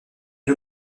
une